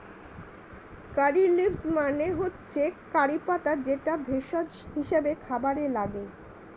কারী leaves মানে হচ্ছে curry পাতা যেটা ভেষজ হিসেবে খাবারে লাগে